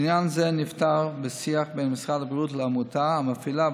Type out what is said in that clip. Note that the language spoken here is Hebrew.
עניין זה נפתר בשיח בין משרד הבריאות לעמותה המפעילה,